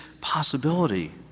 possibility